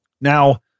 Now